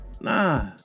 nah